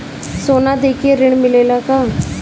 सोना देके ऋण मिलेला का?